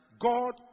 God